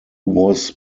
was